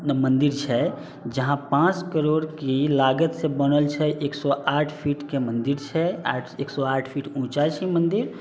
मन्दिर छै जहाँ पाँच करोड़के लागतसँ बनल छै एक सओ आठ फीटके मन्दिर छै एक सओ आठ फीट उँचा छै मन्दिर